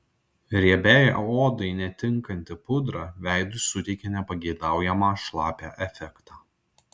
riebiai odai netinkanti pudra veidui suteikia nepageidaujamą šlapią efektą